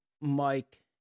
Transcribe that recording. Mike